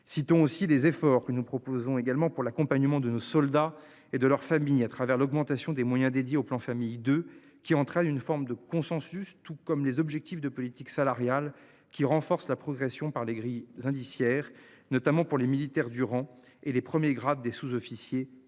Citons aussi des efforts que nous proposons également pour l'accompagnement de nos soldats et de leurs familles à travers l'augmentation des moyens dédiés au plan famille de qui entraîne une forme de consensus, tout comme les objectifs de politique salariale qui renforce la progression par les grilles indiciaires notamment pour les militaires du rang et les premiers grades des sous-officiers